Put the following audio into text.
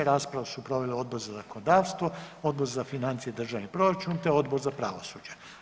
Raspravu su proveli Odbor za zakonodavstvo, Odbor za financije i državni proračun te Odbor za pravosuđe.